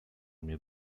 mnie